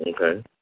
Okay